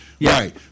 right